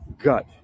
Gut